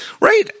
Right